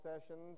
sessions